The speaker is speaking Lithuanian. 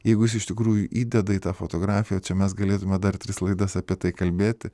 jeigu jis iš tikrųjų įdeda į tą fotografiją čia mes galėtume dar tris laidas apie tai kalbėti